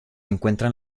encuentran